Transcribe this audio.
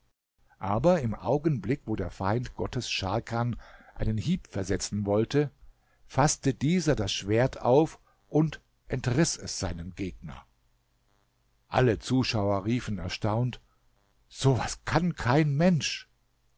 aber im augenblick wo der feind gottes scharkan einen hieb versetzen wollte faßte dieser das schwert auf und entriß es seinem gegner alle zuschauer riefen erstaunt so was kann kein mensch